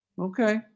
Okay